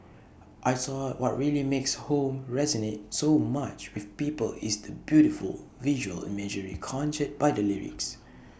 I thought what really makes home resonate so much with people is the beautiful visual imagery conjured by the lyrics